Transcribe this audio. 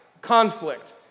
conflict